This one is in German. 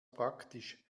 praktisch